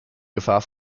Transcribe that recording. gefahr